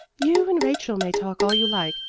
you and rachel may talk all you like,